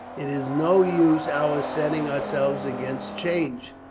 it is no use our setting ourselves against change.